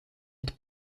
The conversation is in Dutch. het